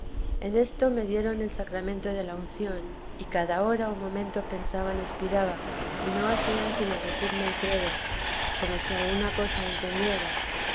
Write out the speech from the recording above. en esto me dieron el sacramento de la unción y cada hora o momento pensaban expiraba y no hacían sino decirme el credo como si alguna cosa entendiera